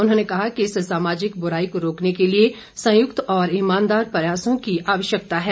उन्होंने कहा कि इस सामाजिक बुराई को रोकने के लिए संयुक्त और ईमानदार प्रयासों की आवश्यकता है